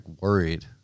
worried